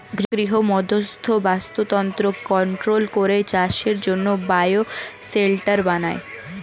গৃহমধ্যস্থ বাস্তুতন্ত্র কন্ট্রোল করে চাষের জন্যে বায়ো শেল্টার বানায়